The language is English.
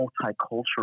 multicultural